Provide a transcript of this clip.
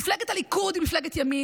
מפלגת הליכוד היא מפלגת ימין,